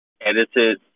edited